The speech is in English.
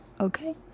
okay